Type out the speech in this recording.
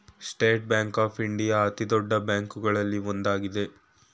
state Bank of India ಅತಿದೊಡ್ಡ ಬ್ಯಾಂಕುಗಳಲ್ಲಿ ಒಂದಾಗಿದೆ